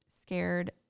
scared